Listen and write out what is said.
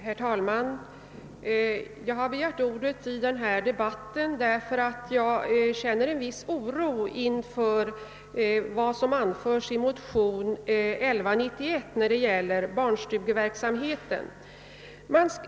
Herr talman! Jag har begärt ordet i denna debatt därför att jag känner en viss oro inför vad som anförs i motion 11: 1191 om barnstugeverksamheten.